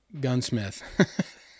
gunsmith